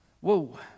Whoa